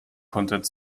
kontert